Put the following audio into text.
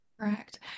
Correct